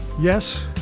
yes